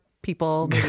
people